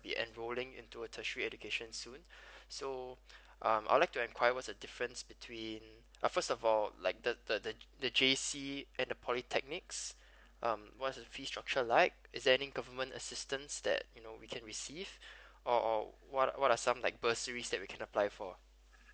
been enrolling into a tertiary education soon so um I'd like to enquire what's the difference between uh first of all like the the the the J_C and the polytechnics um what's the fee structure like is there any government assistance that you know we can receive or or what what are some like bursaries that we can apply for